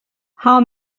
how